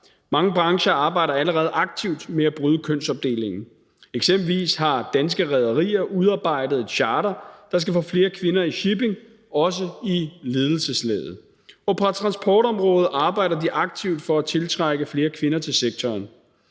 Mange brancher arbejder allerede aktivt med at bryde kønsopdelingen. Eksempelvis har danske rederier udarbejdet et charter, der skal få flere kvinder i shipping, også i ledelseslaget. Og på transportområdet arbejder de aktivt for at tiltrække flere kvinder til sektoren.